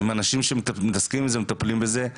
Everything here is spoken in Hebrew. עם אנשים שמתעסקים בזה ומטפלים בזה,